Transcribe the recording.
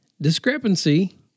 discrepancy